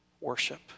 worship